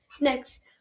next